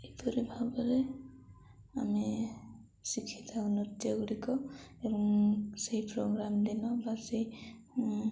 ଏହିପରି ଭାବରେ ଆମେ ଶିଖିଥାଉ ନୃତ୍ୟ ଗୁଡ଼ିକ ଏବଂ ସେଇ ପ୍ରୋଗ୍ରାମ୍ ଦିନ ବା ସେଇ